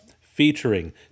Featuring